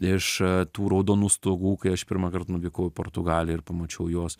iš tų raudonų stogų kai aš pirmąkart nuvykau į portugaliją ir pamačiau juos